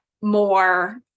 more